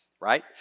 right